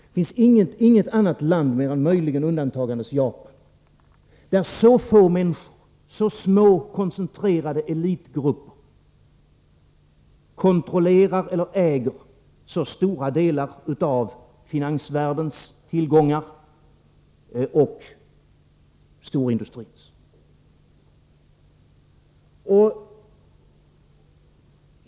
Det finns inget annat land — möjligen med undantag av Japan — där så få människor, så små koncentrerade elitgrupper, kontrollerar eller äger så stora delar av finansvärldens och storindustrins tillgångar.